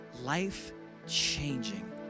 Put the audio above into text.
life-changing